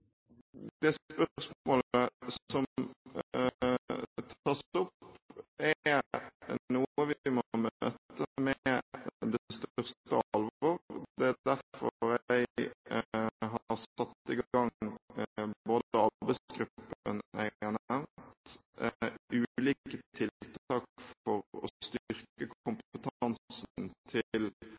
spørsmålet som tas opp, er noe vi må møte med det største alvor. Det er derfor jeg har satt i gang både arbeidsgruppen jeg har nevnt, og ulike tiltak for å styrke kompetansen